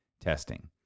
testing